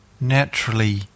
naturally